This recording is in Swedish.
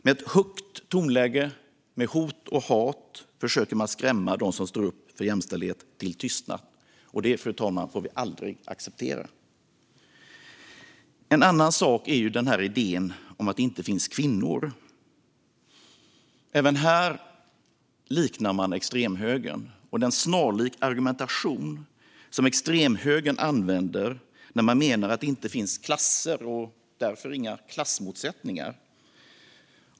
Med ett högt tonläge och med hot och hat försöker man skrämma dem som står upp för jämställdhet till tystnad. Det får vi aldrig acceptera, fru talman. En annan sak är idén om att det inte finns kvinnor. Även här liknar man extremhögern. Det är en snarlik argumentation som extremhögern använder när man menar att det inte finns klasser och därför inte heller några klassmotsättningar.